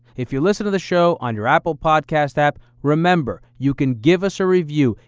if you listen to the show on your apple podcast app, remember you can give us a review.